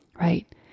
right